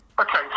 Okay